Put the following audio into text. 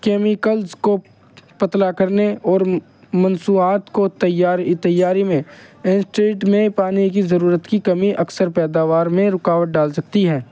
chemicals کو پتلا کرنے اور مصنوعات کو تیار تیاری میں میں پانی کی ضرورت کی کمی اکثر پیداوار میں رکاوٹ ڈال سکتی ہے